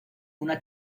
una